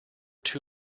two